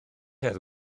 hedd